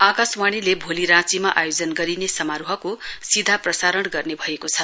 आकाशवाणीले भोलि राँचीमा आयोजन गरिने समारोहको सीधा प्ररासँ गर्ने भएको छ